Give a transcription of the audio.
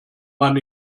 mann